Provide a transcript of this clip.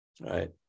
right